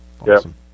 awesome